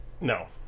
No